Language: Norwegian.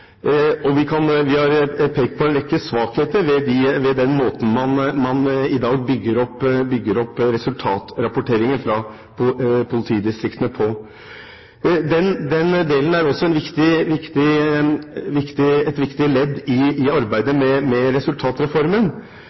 gode. Vi mangler gode målekriterier for forebygging, og vi har pekt på en rekke svakheter ved den måten man i dag bygger opp resultatrapporteringen fra politidistriktene på. Den delen er også et viktig ledd i arbeidet med resultatreformen. Det samme er arbeidet med